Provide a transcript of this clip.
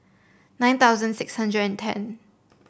nine thousand six hundred and ten